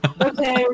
Okay